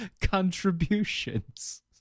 contributions